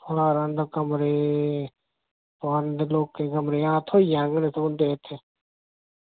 foreign दा कमरे आं थ्होई जाङन इत्थें